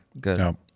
Good